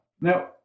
Now